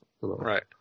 Right